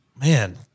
man